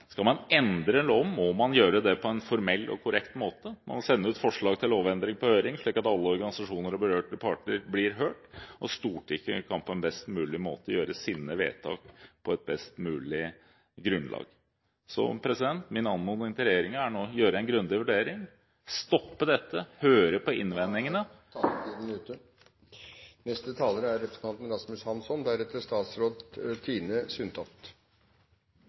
Skal man endre en lov, må man gjøre det på en formell og korrekt måte, man må sende forslag til lovendring ut på høring, slik at alle organisasjoner og berørte parter blir hørt, så Stortinget på en best mulig måte kan gjøre sine vedtak på et best mulig grunnlag. Min anmodning til regjeringen er nå å gjøre en grundig vurdering, stoppe dette og høre på innvendingene. Den som tar seg en skitur nedover gjennom Nord-Sverige noen dager, vil se tre ting. Det ene er